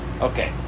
Okay